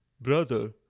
Brother